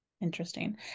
Interesting